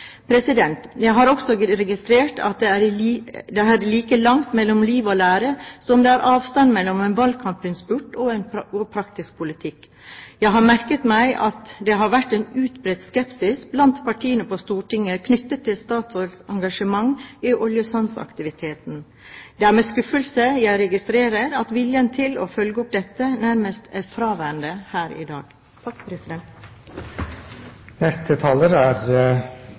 Jeg har også registrert at det er like langt mellom liv og lære som det er avstand mellom en valgkampinnspurt og praktisk politikk. Jeg har merket meg at det har vært en utbredt skepsis blant partiene på Stortinget knyttet til Statoils engasjement i oljesandsaktiviteten. Det er med skuffelse jeg registrerer at viljen til å følge opp dette nærmest er fraværende her i dag.